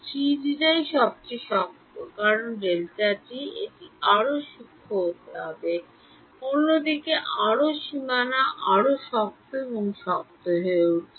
3 D সবচেয়ে শক্ত কারণ Δt এটি আরও সূক্ষ্ম হতে হবে অন্যদিকে আরও সীমানা আরও শক্ত এবং শক্ত হয়ে উঠছে